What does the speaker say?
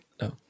No